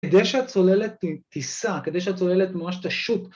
‫כדי שהצוללת תיסע, ‫כדי שהצוללת ממש תשוט.